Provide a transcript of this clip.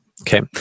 Okay